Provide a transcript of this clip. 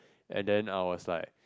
and then I was like